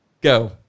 go